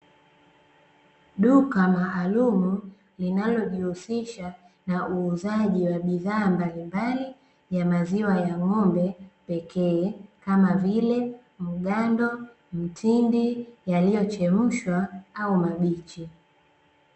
Duka maalumu linalojihusisha na uuzaji wa bidhaa mbalimbali ya maziwa ya ng'ombe pekee, kama vile mgando, mtindi, yaliyochemshwa au mabichi.